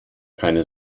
keine